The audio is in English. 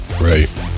right